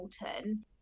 Hamilton